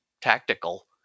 tactical